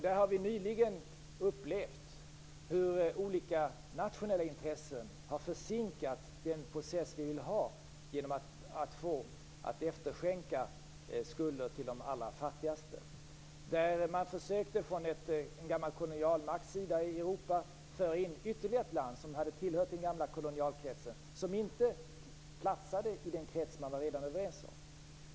Vi har nyligen upplevt hur olika nationella intressen har försinkat den process vi vill ha genom att efterskänka skulder till de allra fattigaste. Man försökte från en gammal kolonialmakt i Europa att föra in ytterligare ett land som hade tillhört den gamla kolonialkretsen, som inte platsade i den krets man redan var överens om.